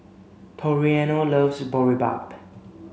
Toriano loves Boribap